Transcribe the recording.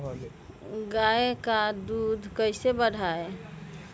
गाय का दूध कैसे बढ़ाये?